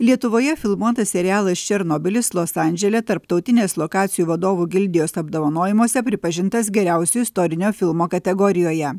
lietuvoje filmuotas serialas černobylis los andžele tarptautinės lokacijų vadovų gildijos apdovanojimuose pripažintas geriausiu istorinio filmo kategorijoje